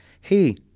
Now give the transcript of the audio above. Hey